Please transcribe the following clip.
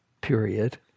period